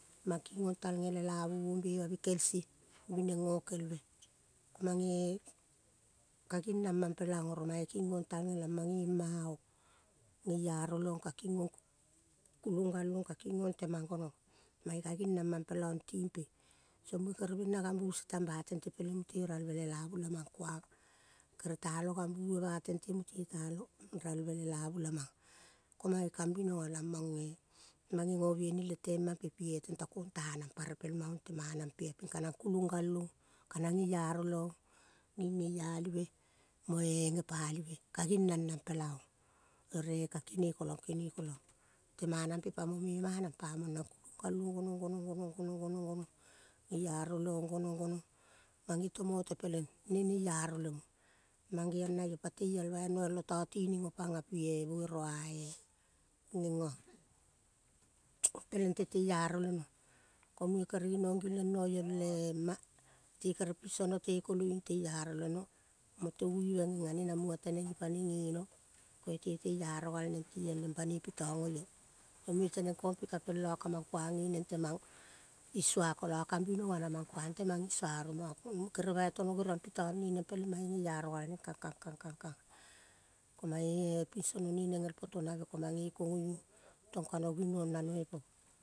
Mang kingong talnge lelavu ong bema bikel se bineng ngokel be. Mange ka ginamang pela ong ovo mange kingong talnge lamong ngema ong ngeiaro leong ka kingong kulong galong ka kingong temang gonong. Mae ka ginamang pela ong timpe. Song mue kere bena gambu se mba tente peleng mute ralve lelavu lamang kuang. Kere talong gambu be ba tente mute talong ralve lelavu lamang. Ko mae kambinoga lamange mange ngo biaibi le temampe pie tenta kong tanang pa repel maong temana mpea ping kanang kulong galong kanang gearo leong nging ngeialive moe ngepalive ka ginanang pela ong ere ka kene kolang, kene kolang temana mpe pamo mema nang pamang nang kulong galong gonong, gonong, gonong, gonong, gonong, gonong, gonong ngearo leong gonong, gonong pangi tomote peleng ne nearo lemo, mangeong naio pa teial bai noial otatining opanga pie vere vae ngenga peleng te teiaro leno. Ko munge kere ginong gilo noio lema te kere piso no te koloiung teiaro le no mo tovive nge ngane na munga teneng ipane ngeno. Koite teiaro galneng tiong neng banoi pitang oio, to munge teneng kong pika peng la kamang kuang nge neng temang isua kola kambinoga namang kuang temang isua. Oro mako kere bai tono geriong pitong ne neng peleng mae ngearo gal neng kangkong konga. Ko mae pinso no neneng el poto nave ko mange kongoiung tong kano gineng nano ipo.